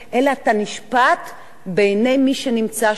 אלא אתה נשפט בעיני מי שנמצא שם,